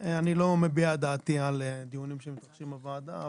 אני לא מביע את דעתי על דיונים שמתרחשים בוועדה,